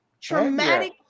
traumatic